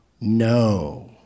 No